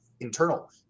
internal